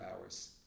hours